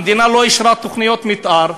המדינה לא אישרה תוכניות מתאר,